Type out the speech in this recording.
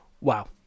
wow